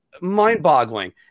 mind-boggling